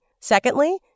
Secondly